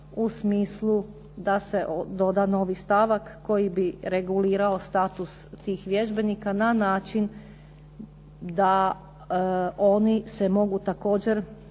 u smislu da se doda novi stavak koji bi regulirao status tih vježbenika na način da oni se mogu također